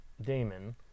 Damon